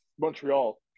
Montreal